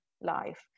life